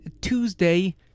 Tuesday